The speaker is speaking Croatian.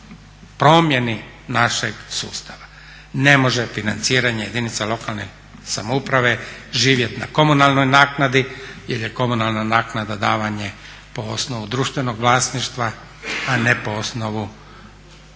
promjeni našeg sustava. Ne može financiranje jedinica lokalne samouprave živjeti na komunalnoj naknadi jer je komunalna naknada davanje po osnovu društvenog vlasništva a ne po osnovu